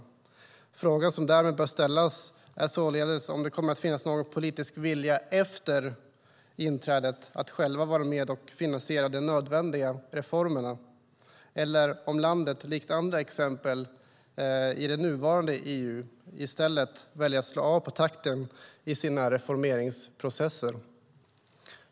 En fråga som därmed bör ställas är således om det kommer att finnas någon politisk vilja efter inträdet att själva vara med och finansiera de nödvändiga reformerna eller om landet likt andra exempel i det nuvarande EU i stället väljer att slå av på takten i sina reformeringsprocesser.